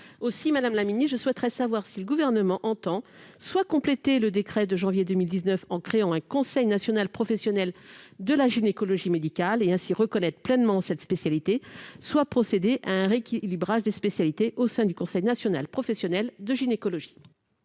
Aussi, madame la ministre, je souhaiterais savoir si le Gouvernement entend compléter le décret du 9 janvier 2019 en créant un Conseil national professionnel de la gynécologie médicale et ainsi reconnaître pleinement cette spécialité ; à moins qu'il ne procède à un rééquilibrage des spécialités au sein du Conseil national professionnel de gynécologie